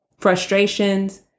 Frustrations